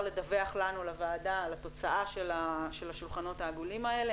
לדווח לנו לוועדה על התוצאה של השולחנות העגולים האלה,